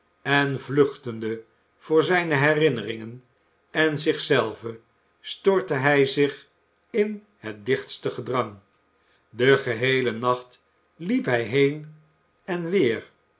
en vluchtende voor zijne herinneringen en zich zelven stortte hij zich in het dichtste gedrang den geheelen nacht liep hij heen en weer